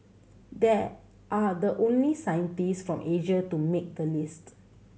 they are the only scientist from Asia to make the list